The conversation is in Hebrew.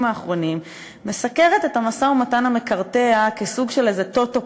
האחרונים מסקרת את המשא-ומתן המקרטע כסוג של איזה "טוטו"